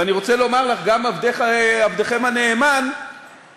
ואני רוצה לומר לך: גם עבדכם הנאמן ביחד